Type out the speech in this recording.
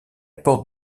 porte